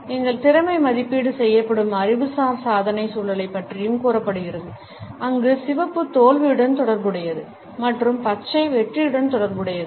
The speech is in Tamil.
எங்கள் திறமை மதிப்பீடு செய்யப்படும் அறிவுசார் சாதனை சூழலைப் பற்றியும் கூறப்படுகிறது அங்கு சிவப்பு தோல்வியுடன் தொடர்புடையது மற்றும் பச்சை வெற்றியுடன் தொடர்புடையது